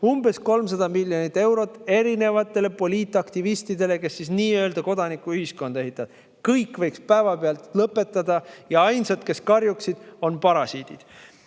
umbes 300 miljonit eurot erinevatele poliitaktivistidele, kes nii-öelda kodanikuühiskonda ehitavad. [Selle] kõik võiks päevapealt lõpetada. Ja ainsad, kes karjuksid, on parasiidid.